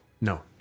No